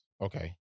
Okay